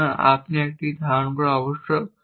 সুতরাং আপনি একটি ধারণ করা আবশ্যক